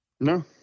No